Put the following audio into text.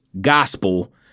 gospel